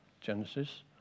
Genesis